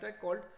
called